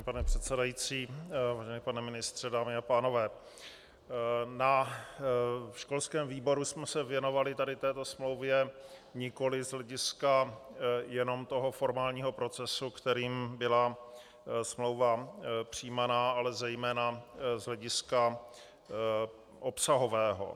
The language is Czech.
Vážený pane předsedající, vážený pane ministře, dámy a pánové, na školském výboru jsme se věnovali tady této smlouvě nikoliv z hlediska jenom toho formálního procesu, kterým byla smlouva přijímaná, ale zejména z hlediska obsahového.